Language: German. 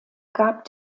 gab